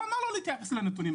למה לא להתייחס אליהם?